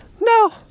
No